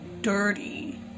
dirty